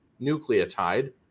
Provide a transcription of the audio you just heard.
nucleotide